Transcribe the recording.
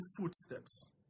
footsteps